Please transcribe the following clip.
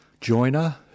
joiner